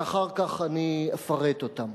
ואחר כך אפרט אותן.